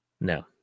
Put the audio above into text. No